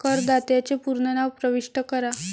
करदात्याचे पूर्ण नाव प्रविष्ट करा